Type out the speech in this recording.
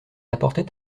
apportait